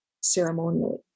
ceremonially